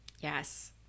Yes